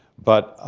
but,